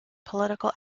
political